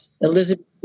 Elizabeth